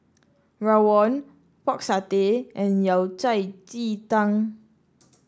Rawon Pork Satay and Yao Cai Ji Tang